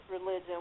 religion